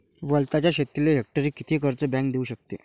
वलताच्या शेतीले हेक्टरी किती कर्ज बँक देऊ शकते?